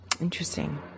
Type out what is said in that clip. Interesting